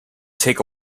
take